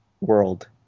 world